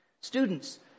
Students